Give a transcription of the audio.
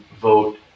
vote